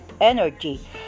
energy